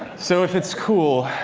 so if it's cool,